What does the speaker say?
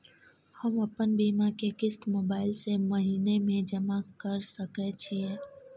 हम अपन बीमा के किस्त मोबाईल से महीने में जमा कर सके छिए?